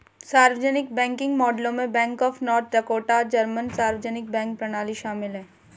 सार्वजनिक बैंकिंग मॉडलों में bank of North Dakota German सार्वजनिक बैंक प्रणाली शामिल है